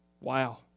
Wow